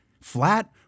flat